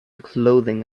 clothing